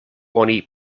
oni